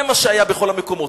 זה מה שהיה בכל המקומות.